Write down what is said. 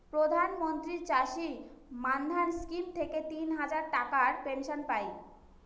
প্রধান মন্ত্রী চাষী মান্ধান স্কিম থেকে তিন হাজার টাকার পেনশন পাই